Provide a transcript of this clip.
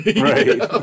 Right